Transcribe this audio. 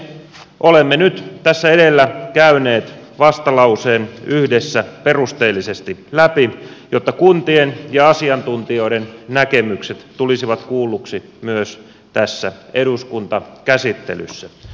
olemme nyt tässä edellä käyneet vastalauseen yhdessä perusteellisesti läpi jotta kuntien ja asiantuntijoiden näkemykset tulisivat kuulluiksi myös tässä eduskuntakäsittelyssä